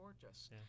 gorgeous